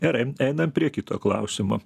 gerai einam prie kito klausimo